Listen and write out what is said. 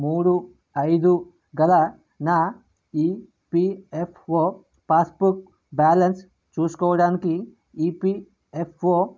మూడు ఐదు గల నా ఈపిఎఫ్ఓ పాస్బుక్ బ్యాలన్స్ చూసుకోవడానికి ఈపిఎఫ్ఓ